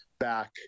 back